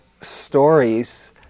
stories